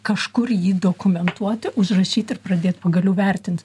kažkur jį dokumentuoti užrašyti ir pradėt pagaliau vertint